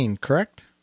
correct